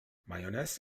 mayonnaise